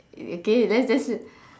okay let's just